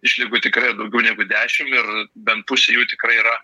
išlygų tikrai daugiau negu dešim ir bent pusė jų tikrai yra